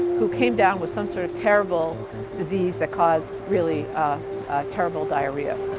who came down with some sort of terrible disease that caused really terrible diarrhea.